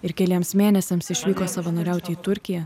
ir keliems mėnesiams išvyko savanoriauti į turkiją